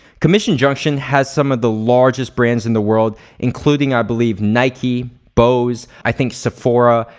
commission junction has some of the largest brands in the world including i believe nike, bose, i think sephora.